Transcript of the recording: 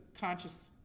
conscious